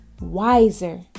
wiser